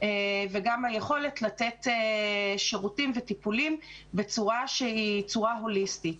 וגם היכולת לתת שירותים וטיפולים בצורה שהיא צורה הוליסטית.